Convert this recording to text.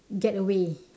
get away